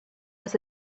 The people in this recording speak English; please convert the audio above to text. was